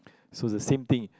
so is the same thing